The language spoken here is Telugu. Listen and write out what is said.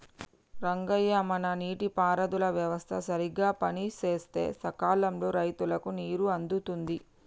రంగయ్య మన నీటి పారుదల వ్యవస్థ సరిగ్గా పనిసేస్తే సకాలంలో రైతులకు నీరు అందుతుంది